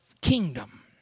kingdom